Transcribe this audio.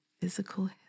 physical